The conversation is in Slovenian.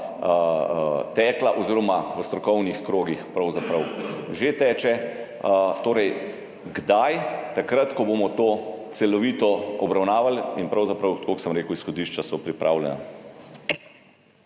oziroma v strokovnih krogih pravzaprav že teče. Torej, kdaj? Takrat, ko bomo to celovito obravnavali in pravzaprav, tako kot sem rekel, izhodišča so pripravljena.